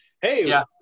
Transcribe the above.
hey